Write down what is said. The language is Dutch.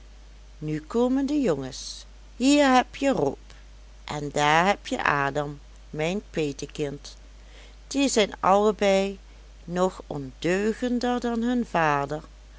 nu komen de jongens hier hebje rob en daar hebje adam mijn petekind die zijn allebei nog ondeugender dan hun vader